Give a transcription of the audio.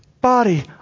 body